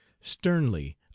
sternly